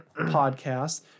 podcast